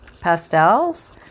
pastels